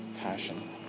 passion